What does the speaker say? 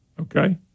okay